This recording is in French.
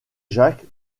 jacques